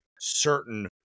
certain